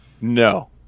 no